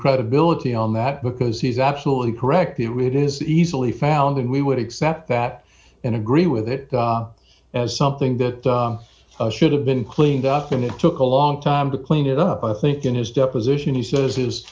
credibility on that because he's absolutely correct the writ is easily found and we would accept that and agree with it as something that should have been cleaned up and it took a long time to clean it up i think in his deposition he says his